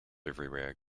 everywhere